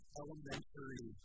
elementary